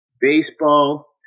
Baseball